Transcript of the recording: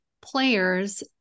players